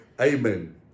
Amen